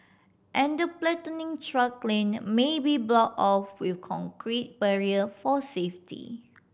and the platooning truck lane may be blocked off with concrete barrier for safety